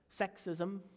sexism